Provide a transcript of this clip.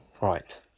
Right